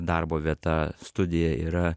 darbo vieta studija yra